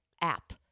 app